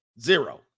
Zero